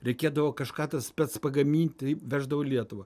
reikėdavo kažką tą spec pagaminti veždavo į lietuvą